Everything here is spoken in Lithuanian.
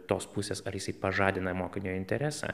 tos pusės ar jisai pažadina mokinio interesą